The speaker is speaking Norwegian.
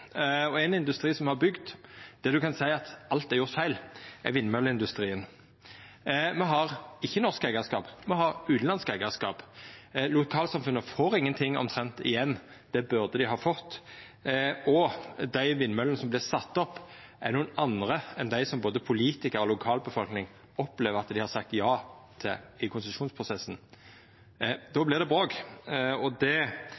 Ein industri som me har bygd, der ein kan seia alt er gjort feil, er vindmølleindustrien. Me har ikkje norsk eigarskap, me har utanlandsk eigarskap. Lokalsamfunna får omtrent ingen ting igjen – det burde dei ha fått. Og dei vindmøllene som vert sette opp, er nokon andre enn dei som både politikarar og lokalbefolkning opplever at dei har sagt ja til i konsesjonsprosessen. Då vert det